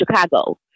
Chicago